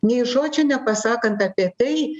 nei žodžio nepasakant apie tai